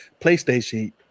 PlayStation